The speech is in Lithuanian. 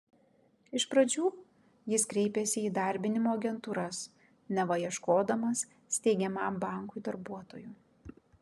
iš pradžių jis kreipėsi į įdarbinimo agentūras neva ieškodamas steigiamam bankui darbuotojų